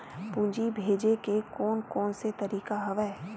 पूंजी भेजे के कोन कोन से तरीका हवय?